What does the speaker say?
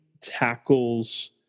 tackles